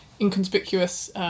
inconspicuous